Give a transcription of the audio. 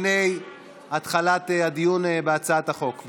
לפני התחלת הדיון בהצעת החוק.